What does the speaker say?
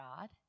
God